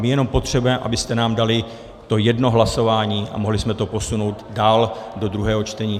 My jenom potřebujeme, abyste nám dali to jedno hlasování a mohli jsme to posunout dál do druhého čtení.